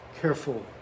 careful